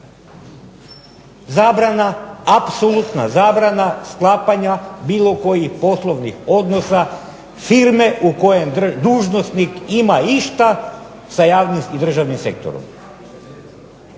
Zabrana apsolutna zabrana sklapanja bilo kojih poslovnih odnosa firme u kojem dužnosnik ima išta sa javnim i državnim sektorom.